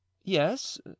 Yes